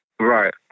Right